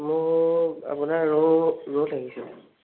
মোক আপোনাৰ ৰৌ ৰৌ লাগিছিলে